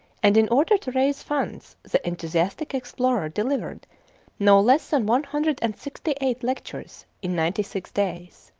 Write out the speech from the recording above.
and in order to raise funds the enthusiastic explorer delivered no less than one hundred and sixty-eight lectures in ninety-six days.